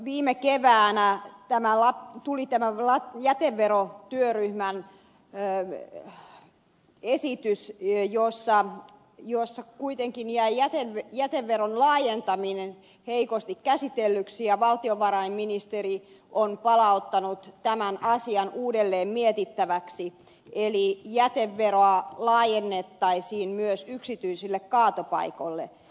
viime keväänä tuli tämä jäteverotyöryhmän esitys jossa kuitenkin jäi jäteveron laajentaminen heikosti käsitellyksi ja valtiovarainministeri on palauttanut tämän asian uudelleen mietittäväksi eli jäteveroa laajennettaisiin myös yksityisille kaatopaikoille